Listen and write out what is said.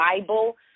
Bible